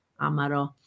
Amaro